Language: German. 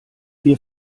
wir